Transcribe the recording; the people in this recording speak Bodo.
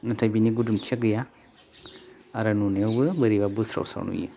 नाथाय बिनि गुदुंथिया गैया आरो नुनायावबो बोरैबा बुस्राव स्राव नुयो